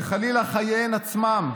וחלילה חייהן עצמם,